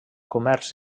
comerç